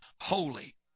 holy